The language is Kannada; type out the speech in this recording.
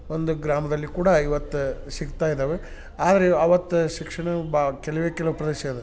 ಒಂದು ಗ್ರಾಮದಲ್ಲಿ ಕೂಡ ಇವತ್ತು ಸಿಕ್ತಾ ಇದಾವೆ ಆದರೆ ಅವತ್ತು ಶಿಕ್ಷಣವು ಬಾ ಕೆಲವೇ ಕೆಲವು ಪ್ರದೇಶ ಅದು